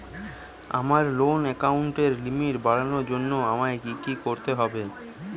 আমার লোন অ্যাকাউন্টের লিমিট বাড়ানোর জন্য আমায় কী কী করতে হবে?